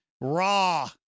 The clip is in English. Raw